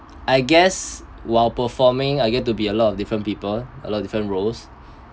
I guess while performing I get to be a lot of different people a lot different roles